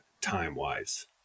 time-wise